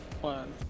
one